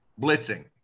Blitzing